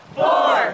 four